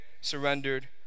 surrendered